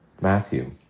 Matthew